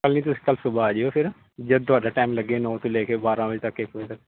ਹਾਂਜੀ ਤੁਸੀਂ ਕੱਲ੍ਹ ਸੁਬਾਹ ਆ ਜਿਓ ਫਿਰ ਜਦ ਤੁਹਾਡਾ ਟਾਈਮ ਲੱਗੇ ਨੌਂ ਤੋਂ ਲੈ ਕੇ ਬਾਰ੍ਹਾਂ ਵਜੇ ਤੱਕ ਇੱਕ ਮਿੰਟ